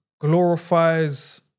glorifies